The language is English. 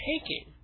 taking